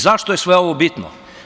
Zašto je sve ovo bitno?